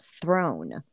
throne